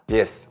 Yes